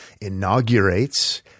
inaugurates